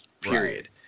Period